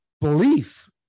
belief